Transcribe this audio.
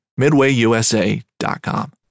MidwayUSA.com